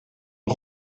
nog